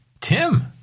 Tim